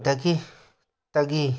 ꯗꯒꯤ ꯇꯒꯤ